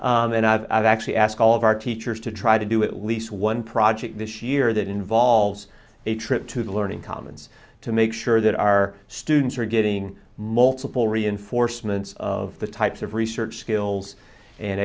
and i've actually ask all of our teachers to try to do at least one project this year that involves a trip to the learning commons to make sure that our students are getting multiple reinforcements of the types of research skills and